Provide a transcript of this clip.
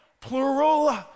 Plural